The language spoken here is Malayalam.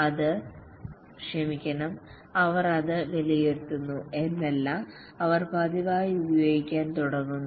അവർ അത് വിലയിരുത്തുന്നു എന്നല്ല അവർ പതിവായി ഉപയോഗിക്കാൻ തുടങ്ങുന്നു